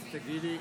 52 בעד,